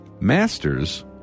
masters